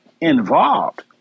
involved